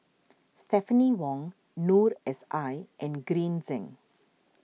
Stephanie Wong Noor S I and Green Zeng